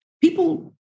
people